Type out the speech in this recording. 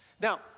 Now